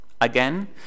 Again